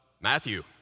Matthew